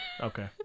Okay